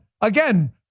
again